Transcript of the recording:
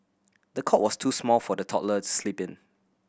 the cot was too small for the toddler sleep in